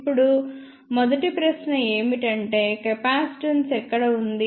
ఇప్పుడు మొదటి ప్రశ్న ఏమిటంటే కెపాసిటెన్స్ ఎక్కడ ఉంది